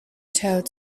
toad